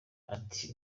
ati